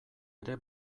ere